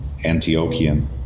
Antiochian